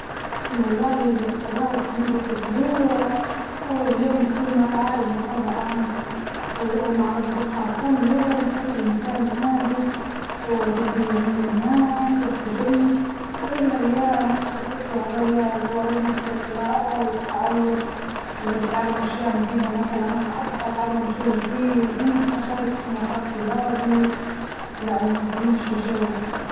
والله إزا تفرغت لمدة أسبوع أول يوم بكون مع العائلة طبعاً أو مع الأصدقاء، تاني يوم أسافر لمكان هادي وأقضي يومين هناك وأستجم، باقي الأيام أخصصلها يقى وي- وقت للقراءة والتعلم لأجل أتعلم أشياء مفيدة متلاً أو حتى أتعلم شي جديد، ممكن أشارك في نشاط رياضي يعني بيمشي الجو.